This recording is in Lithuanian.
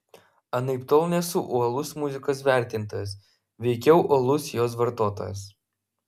anaiptol nesu uolus muzikos vertintojas veikiau uolus jos vartotojas